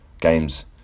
games